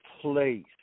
place